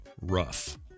rough